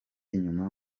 inyuma